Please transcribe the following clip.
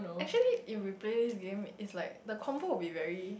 actually if we play this game it's like the combo will be very